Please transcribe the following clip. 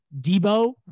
Debo